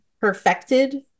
perfected